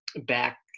Back